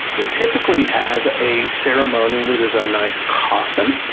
we typically have a ceremony where there's a nice coffin,